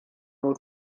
oedd